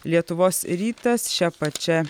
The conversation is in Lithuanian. lietuvos rytas šia pačia